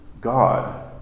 god